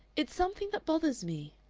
it's something that bothers me.